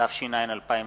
התש"ע 2009,